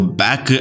back